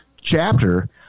chapter